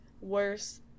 worse